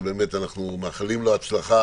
שבאמת אנחנו מאחלים לו הצלחה